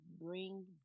bring